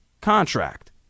contract